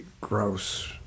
gross